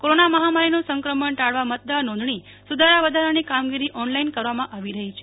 corona મહામારીનું સંક્રમણ ટાળવા મતદાર નોંધણી સુધારા વધારાની કામગીરી ઓનલાઇન કરવામાં આવી રહી છે